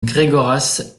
gregoras